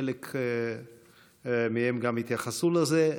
חלק מהם גם התייחסו לזה.